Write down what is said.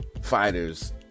fighters